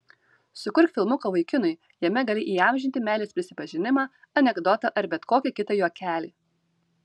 sukurk filmuką vaikinui jame gali įamžinti meilės prisipažinimą anekdotą ar bet kokį kitą juokelį